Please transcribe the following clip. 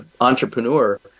entrepreneur